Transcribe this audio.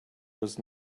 was